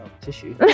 tissue